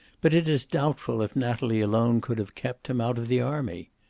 but it is doubtful if natalie alone could have kept, him out of the army.